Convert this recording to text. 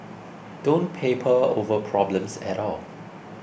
don't paper over problems at all